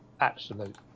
absolute